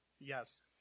Yes